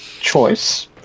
choice